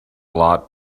lot